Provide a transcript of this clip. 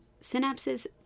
synapses